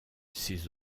ses